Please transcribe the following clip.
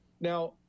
now